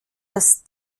dass